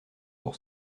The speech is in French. pour